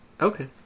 Okay